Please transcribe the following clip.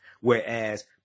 Whereas